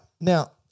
Now